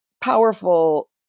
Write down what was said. powerful